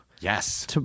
Yes